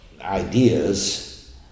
ideas